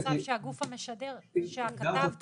מצב שהגוף המשדר או שכתב הטלוויזיה.